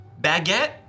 Baguette